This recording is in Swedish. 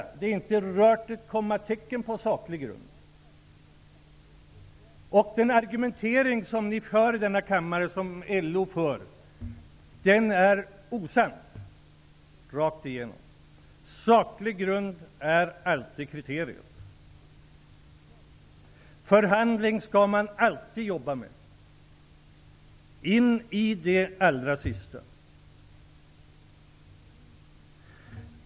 Inte ett kommatecken är rört när det gäller saklig grund. Den argumentering som ni för i denna kammare och som LO för är osann rakt igenom. Saklig grund är alltid kriteriet. Man skall alltid jobba med förhandling, in i det allra sista.